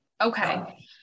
Okay